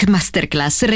Masterclass